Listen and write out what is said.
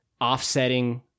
offsetting